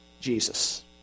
Jesus